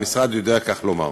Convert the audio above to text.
המשרד יודע לומר כך: